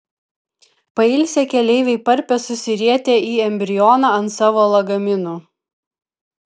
pailsę keleiviai parpia susirietę į embrioną ant savo lagaminų